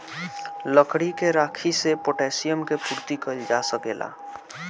लकड़ी के राखी से पोटैशियम के पूर्ति कइल जा सकेला